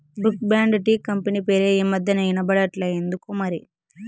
Brooke Bond tea company పేరే ఈ మధ్యనా ఇన బడట్లా ఎందుకోమరి